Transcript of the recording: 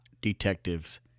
Detectives